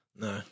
No